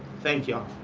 thank y'all.